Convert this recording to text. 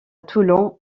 toulon